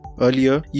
Earlier